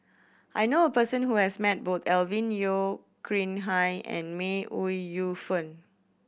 I know a person who has met both Alvin Yeo Khirn Hai and May Ooi Yu Fen